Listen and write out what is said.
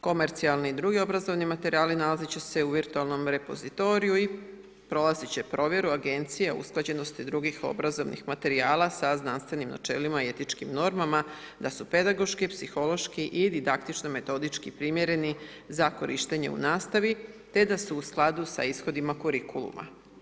Komercijalni i drugi obrazovni materijali nalazit će se u virtualnom repozitoriju, a prolazit će provjeru agencija usklađenosti drugih obrazovnih materijala sa znanstvenim načelima i etičkim normama da su pedagoški, psihološki i didaktičko metodički primjereni za korištenje u nastavi te da su u skladu sa ishodima kurikuluma.